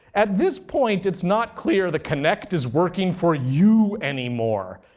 at this point, it's not clear the kinect is working for you anymore.